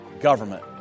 government